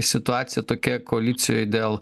situacija tokia koalicijoj dėl